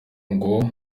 ngo